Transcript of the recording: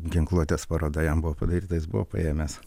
ginkluotės paroda jam buvo padaryta jis buvo paėmęs